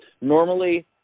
Normally